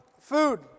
food